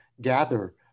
gather